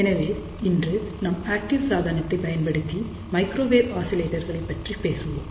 எனவே இன்று நாம் ஆக்டிவ் சாதனத்தை பயன்படுத்தி மைக்ரோவேவ் ஆசிலேட்டர்களை பற்றி பேசுவோம்